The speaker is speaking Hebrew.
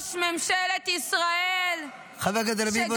ראש ממשלת ישראל ----- חבר הכנסת רביבו,